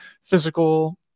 physical